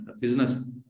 business